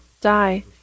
die